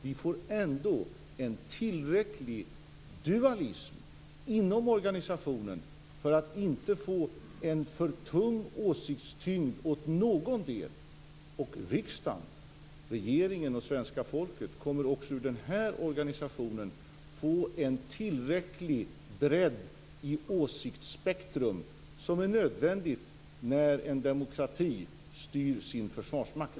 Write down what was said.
Vi får ändå en tillräcklig dualism inom organisationen för att inte få en för stor åsiktstyngd för någon av delarna. Riksdagen, regeringen och svenska folket kommer också ur denna organisation att få den bredd i åsiktsspektrumet som är nödvändig när en demokrati styr sin försvarsmakt.